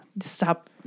stop